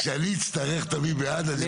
כשאני אצטרך את המי בעד הזה, אתה לא תנתק אותי.